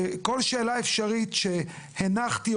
שכל שאלה אפשרית שהנחתי,